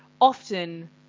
often